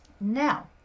Now